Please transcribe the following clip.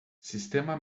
sistema